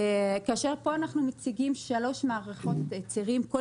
כאשר אנחנו מציגים פה שלוש מערכות צירים כל